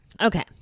Okay